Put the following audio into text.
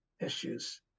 issues